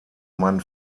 man